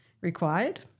required